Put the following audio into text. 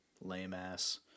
lame-ass